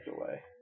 away